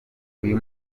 uyu